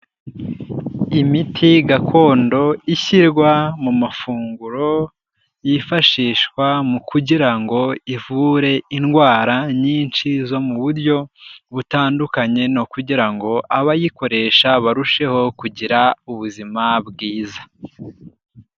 Imiti gakondo ishyirwa mu mafunguro yifashishwa mu kugira ngo ivure indwara nyinshi zo mu buryo butandukanye no kugira ngo abayikoresha barusheho kugira ubuzima bwiza.